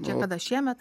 čia kada šiemet